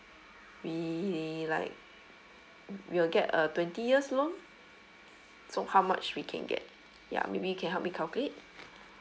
we like we will get a twenty years loan so how much we can get ya maybe you can help me calculate